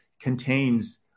contains